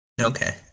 okay